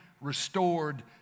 restored